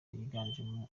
yiganjemo